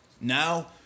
now